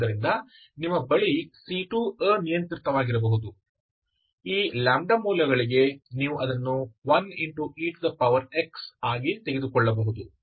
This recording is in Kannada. ಆದ್ದರಿಂದ ನಿಮ್ಮ ಬಳಿ c2 ಅನಿಯಂತ್ರಿತವಾಗಿರಬಹುದು ಈ λ ಮೌಲ್ಯಗಳಿಗೆ ನೀವು ಅದನ್ನು 1ex ಆಗಿ ತೆಗೆದುಕೊಳ್ಳಬಹುದು